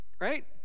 right